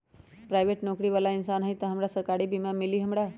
Private नौकरी बाला इंसान हई त हमरा सरकारी बीमा मिली हमरा?